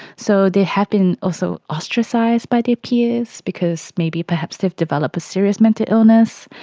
so they have been also ostracised by their peers because maybe perhaps they've developed a serious mental illness.